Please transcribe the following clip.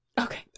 Okay